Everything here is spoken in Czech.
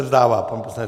Vzdává se?